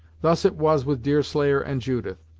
thus it was with deerslayer and judith.